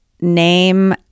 name